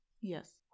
Yes